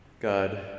God